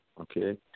Okay